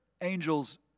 angels